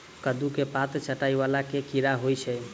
कद्दू केँ पात चाटय वला केँ कीड़ा होइ छै?